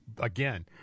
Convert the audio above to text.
again